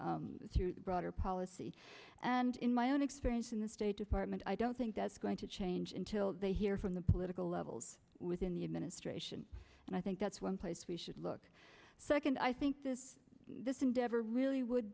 the broader policy and in my own experience in the state department i don't think that's going to change until they hear from the political levels within the administration and i think that's one place we should look like and i think this this endeavor really would